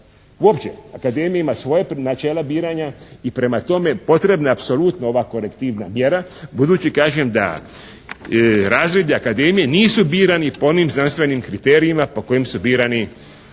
uopće. Akademija ima svoja načela biranja i prema tome potrebna je apsolutno ova korektivna mjera budući kažem da razredi i akademije nisu birani po onim znanstvenim kriterijima po kojima su birani